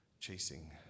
chasing